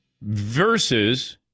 versus